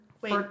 Wait